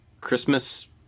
Christmas